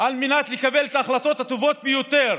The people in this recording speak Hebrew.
על מנת לקבל את ההחלטות הטובות ביותר